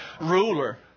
ruler